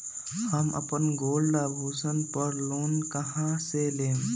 हम अपन गोल्ड आभूषण पर लोन कहां से लेम?